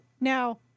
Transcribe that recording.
now